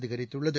அதிகரித்துள்ளது